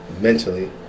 Mentally